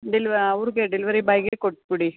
ಡೆಲ್ವ ಅವ್ರಿಗೇ ಡೆಲ್ವರಿ ಬಾಯ್ಗೇ ಕೊಟ್ಟುಬಿಡಿ